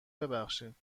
ببخشید